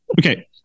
Okay